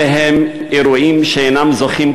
אלה אירועים שאינם זוכים,